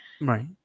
Right